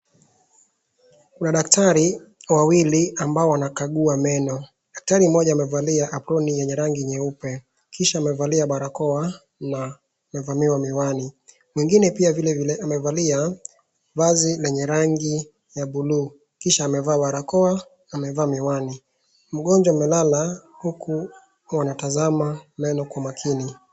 Kuna daktari wawili ambao wanakagua meno. Daktari mmoja amevalia aproni yenye rangi nyeupe. Kisha amevalia barakoa na amevamiwa miwani. Mwingine pia vilevile amevalia vazi lenye rangi la bluu kisha amevaa barakoa, amevaa miwani. Mgonjwa amelala huku wanatazama meno kwa makini.